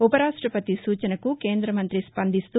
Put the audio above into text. ఉపరాష్టపతి సూచనకు కేంద మంతి స్పందిస్తూ